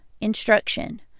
instruction